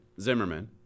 Zimmerman